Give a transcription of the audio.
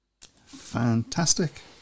Fantastic